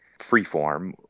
Freeform